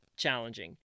Challenging